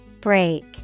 Break